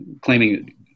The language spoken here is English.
claiming